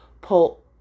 pull